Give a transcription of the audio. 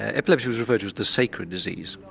epilepsy was referred to as the sacred disease.